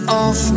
off